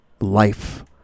life